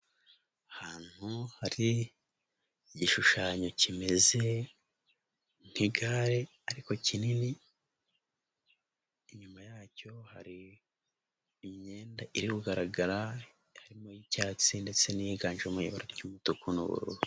Ahantu hari igishushanyo kimeze nk'igare, ariko kinini inyuma yacyo hari imyenda iri kugaragara arimo y'icyatsi ndetse n'iyiganjemo ibara ry'umutuku n'ubururu.